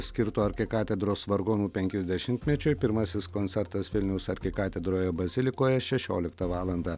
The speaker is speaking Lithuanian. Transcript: skirto arkikatedros vargonų penkiasdešimtmečiui pirmasis koncertas vilniaus arkikatedroje bazilikoje šešioliktą valandą